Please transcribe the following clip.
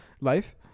Life